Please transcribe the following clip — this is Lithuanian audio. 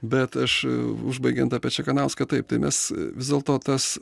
bet aš užbaigiant apie čekanauską taip tai mes vis dėlto tas